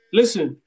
listen